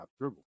dribble